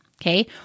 okay